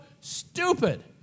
stupid